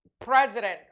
president